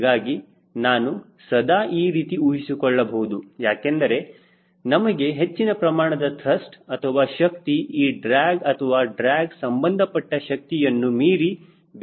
ಹೀಗಾಗಿ ನಾನು ಸದಾ ಈ ರೀತಿ ಊಹಿಸಿಕೊಳ್ಳಬಹುದು ಯಾಕೆಂದರೆ ನಮಗೆ ಹೆಚ್ಚಿನ ಪ್ರಮಾಣದ ತ್ರಸ್ಟ್ ಅಥವಾ ಶಕ್ತಿ ಈ ಡ್ರ್ಯಾಗ್ ಅಥವಾ ಡ್ರ್ಯಾಗ್ ಸಂಬಂಧಪಟ್ಟ ಶಕ್ತಿಯನ್ನು ಮೀರಿ ಬೇಕಾಗುತ್ತದೆ